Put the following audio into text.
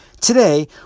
Today